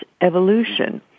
evolution